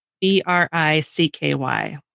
B-R-I-C-K-Y